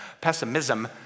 pessimism